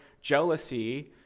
jealousy